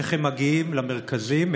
איך הם מגיעים למרכזים,